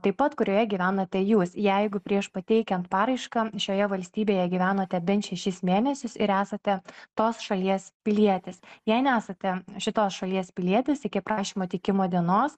taip pat kurioje gyvenate jūs jeigu prieš pateikiant paraišką šioje valstybėje gyvenote bent šešis mėnesius ir esate tos šalies pilietis jei nesate šitos šalies pilietis iki prašymo teikimo dienos